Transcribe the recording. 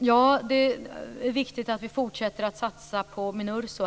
Ja, det är viktigt att vi fortsätter att satsa på Minurso.